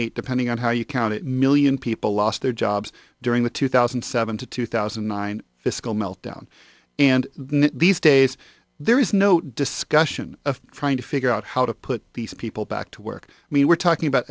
eight depending on how you count it million people lost their jobs during the two thousand and seven to two thousand and nine fiscal meltdown and these days there is no discussion of trying to figure out how to put these people back to work i mean we're talking about